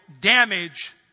damage